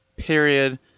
Period